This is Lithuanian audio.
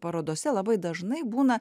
parodose labai dažnai būna